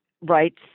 rights